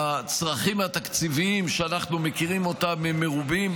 הצרכים התקציביים שאנחנו מכירים אותם הם מרובים,